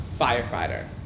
firefighter